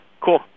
Cool